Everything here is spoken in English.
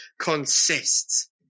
consists